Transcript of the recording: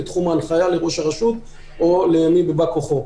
בתחום ההנחיה לראש הרשות או למי מבא כוחו.